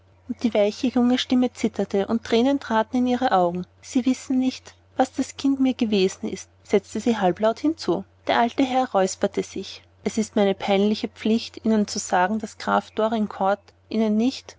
die weiche junge stimme zitterte und thränen traten in ihre augen sie wissen nicht was das kind mir gewesen ist setzte sie halblaut hinzu der alte herr räusperte sich es ist meine peinliche pflicht ihnen zu sagen daß graf dorincourt ihnen nicht